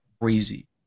crazy